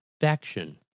faction